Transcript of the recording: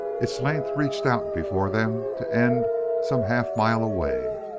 its length reached out before them to end some half mile away.